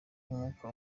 umwuka